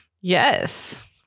Yes